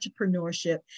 entrepreneurship